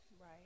Right